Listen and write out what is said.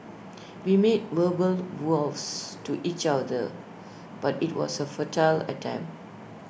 we made verbal vows to each other but IT was A futile attempt